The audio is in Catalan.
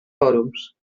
fòrums